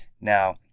Now